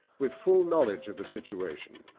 with full knowledge of the situation,